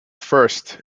first